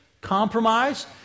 Compromise